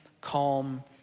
calm